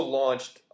launched